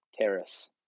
Terrace